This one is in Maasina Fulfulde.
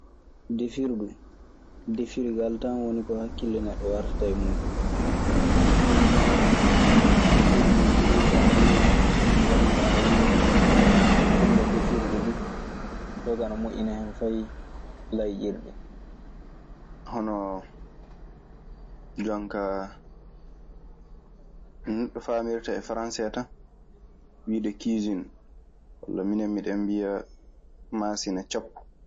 Defirdu, defirgal tan woni ko hakkille neɗɗo wartata e muuɗun. Joni non, defirdu buruusi ana woodi, ngallu ana woodi. Kulle defirɗe du: yoga ana moƴƴina hen fay lawƴirde. Honoo jonkaa no neɗɗo faamirta e faranse tan wiide kiisiin, walla minen miɗen mbiya Maasina cakku.